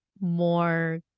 more